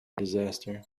disaster